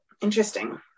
Interesting